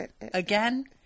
again